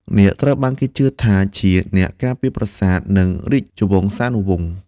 នាគត្រូវបានគេជឿថាជាអ្នកការពារប្រាសាទ និងរាជវង្សានុវង្ស។